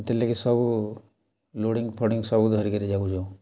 ସେଥିର୍ଲାଗି ସବୁ ଲୋଡ଼ିଂ ଫଡ଼ିଂ ସବୁ ଧରିକିରି ଯାଉଚୁଁ